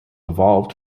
evolved